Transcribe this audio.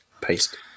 paste